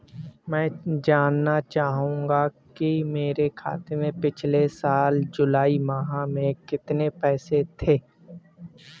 मैं जानना चाहूंगा कि मेरे खाते में पिछले साल जुलाई माह में कितने पैसे थे?